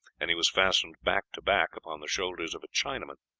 and he was fastened back to back upon the shoulders of a chinaman.